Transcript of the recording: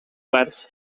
werth